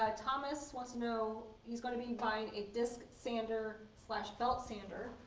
ah thomas wants to know, he's going to be buying a disc sander belt sander,